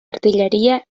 artilleria